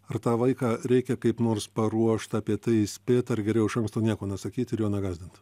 ar tą vaiką reikia kaip nors paruošt apie tai įspėt ar geriau iš anksto nieko nesakyt ir jo negąsdint